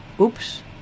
oops